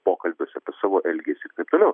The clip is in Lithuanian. pokalbiuose apie savo elgesį ir taip toliau